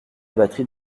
batterie